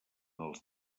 els